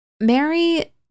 mary